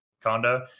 condo